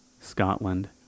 scotland